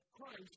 Christ